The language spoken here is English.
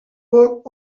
work